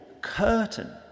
curtain